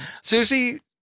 Susie